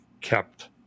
kept